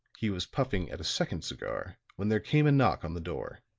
he was puffing at a second cigar when there came a knock on the door,